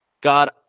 god